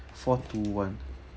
four two one